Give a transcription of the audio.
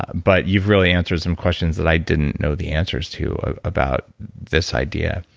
but you've really answered some questions that i didn't know the answers to about this idea.